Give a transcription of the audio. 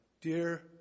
Dear